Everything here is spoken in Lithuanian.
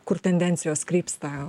kur tendencijos krypsta